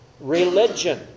Religion